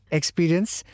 experience